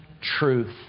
truth